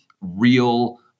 real